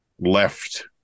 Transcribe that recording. left